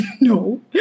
No